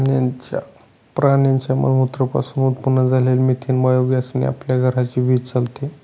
प्राण्यांच्या मलमूत्रा पासून उत्पन्न झालेल्या मिथेन बायोगॅस ने आपल्या घराची वीज चालते